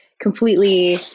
completely